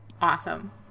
Awesome